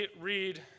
read